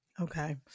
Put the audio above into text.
Okay